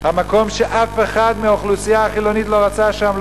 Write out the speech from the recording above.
המקום שאף אחד מהאוכלוסייה החילונית לא רצה בו,